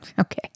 Okay